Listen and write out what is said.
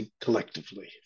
collectively